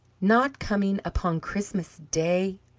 not coming upon christmas day?